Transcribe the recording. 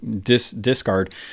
discard